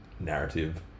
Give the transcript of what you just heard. narrative